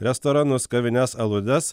restoranus kavines aludes